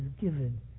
given